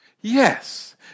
Yes